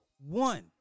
one